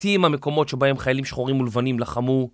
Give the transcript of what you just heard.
המקומות שבהם חיילים שחורים ולבנים לחמו